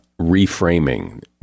reframing